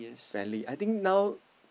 fairly I think now